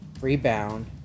rebound